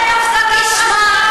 למנהרות אין הפסקות חשמל.